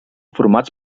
formats